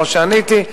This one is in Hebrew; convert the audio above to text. כמו שעניתי,